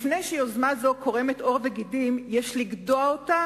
לפני שיוזמה זו קורמת עור וגידים יש לגדוע אותה,